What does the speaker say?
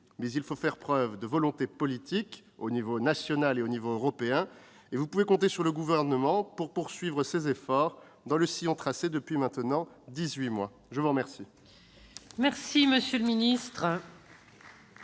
Mais il faut faire preuve de volonté politique, au niveau national comme au niveau européen. Vous pouvez compter sur le Gouvernement pour poursuivre ses efforts dans le sillon tracé depuis maintenant dix-huit mois. Nous en avons terminé avec le débat